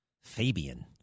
Fabian